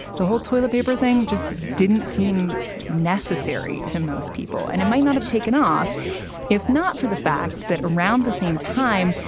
the whole toilet paper thing just didn't take seem necessary to most people. and it might not have taken off if not for the fact that around the same time,